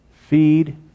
feed